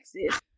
Texas